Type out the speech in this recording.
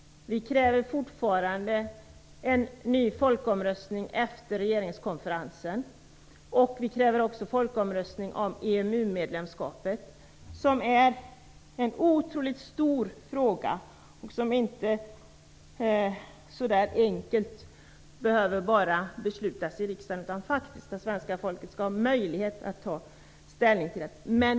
Vi kräver fortfarande en ny folkomröstning efter regeringskonferensen. Vi kräver också folkomröstning om EMU-medlemskapet som är en otroligt svår fråga och som inte sådär enkelt kan beslutas av riksdagen. Svenska folket skall ha möjlighet att ta ställning i det fallet.